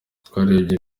twarebye